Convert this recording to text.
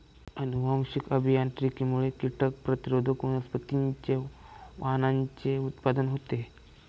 अनुवांशिक अभियांत्रिकीमुळे कीटक प्रतिरोधक वनस्पतींच्या वाणांचे उत्पादन होते